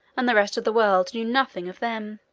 and the rest of the world knew nothing of them.